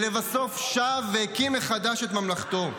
ולבסוף שב והקים מחדש את ממלכתו.